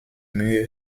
mühe